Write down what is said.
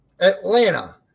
Atlanta